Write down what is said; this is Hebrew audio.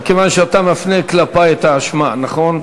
מכיוון שאתה מפנה כלפי את ההאשמה, נכון?